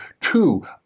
two